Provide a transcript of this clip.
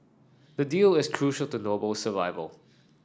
the deal is crucial to Noble survival